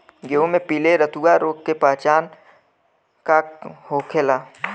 गेहूँ में पिले रतुआ रोग के पहचान का होखेला?